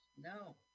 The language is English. no